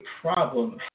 problem